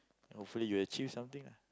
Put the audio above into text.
hopefully you'll achieve something lah